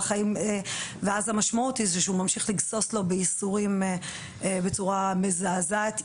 ואז המשמעות היא שהוא ממשיך לגסוס לו בייסורים בצורה מזעזעת,